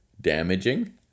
damaging